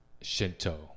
Shinto